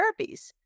therapies